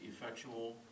effectual